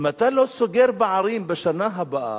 אם אתה לא סוגר פערים בשנה הבאה,